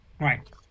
Right